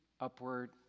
upward